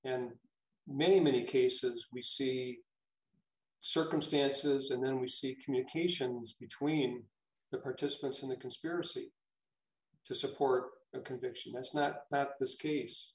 and many many cases we see a circumstances and then we see communications between the participants in the conspiracy to support a conviction that's not this case